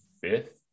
Fifth